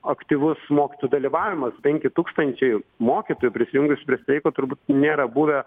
aktyvus mokytojų dalyvavimas penki tūkstančiai mokytojų prisijungusių prie streiko turbūt nėra buvę